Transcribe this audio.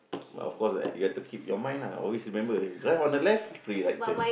but of course ah you got to keep on your mind lah always remember drive on the left free right turn